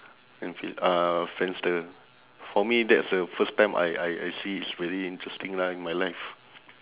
and fa~ uh friendster for me that's the first time I I I see it's very interesting lah in my life